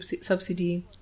subsidy